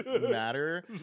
matter